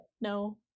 No